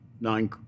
nine